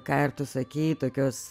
ką ir tu sakei tokios